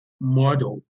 model